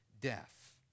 death